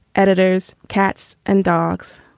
editors, cats and dogs